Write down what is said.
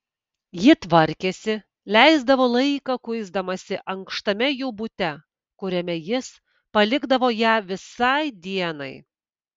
ji tvarkėsi leisdavo laiką kuisdamasi ankštame jų bute kuriame jis palikdavo ją visai dienai